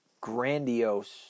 grandiose